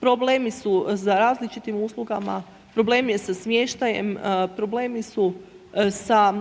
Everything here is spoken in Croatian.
problemi su za različitim uslugama, problem je sa smještajem, problemi su sa